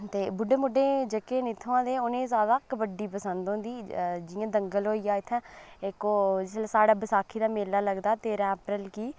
ते बुड्ढे बुड्ढे जेह्के न इत्थुआं दे उ'नें गी जैदा कबड्डी पसंद होंदी जि'यां दंगल होई गेआ इत्थै इक ओह् जेल्लै साढे़ बसाखी दा मेला लगदा तेरां अप्रैल गी